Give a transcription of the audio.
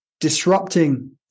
disrupting